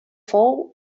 fou